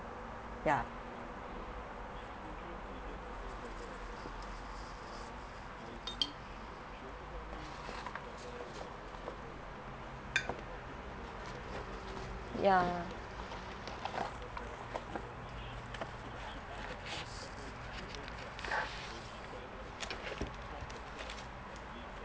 ya ya